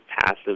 passive